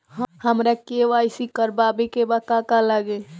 हमरा के.वाइ.सी करबाबे के बा का का लागि?